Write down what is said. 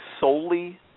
solely